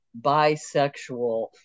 bisexual